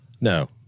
No